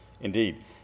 Indeed